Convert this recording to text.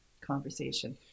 conversation